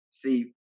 See